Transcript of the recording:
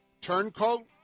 turncoat